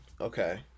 Okay